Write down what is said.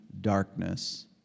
darkness